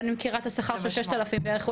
אני מכירה את השכר של 6,000 בערך,